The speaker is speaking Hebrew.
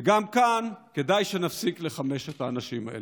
וגם כאן, כדאי שנפסיק לחמש את האנשים האלה.